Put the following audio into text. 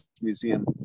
Museum